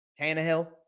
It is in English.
Tannehill